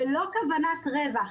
ללא כוונת רווח,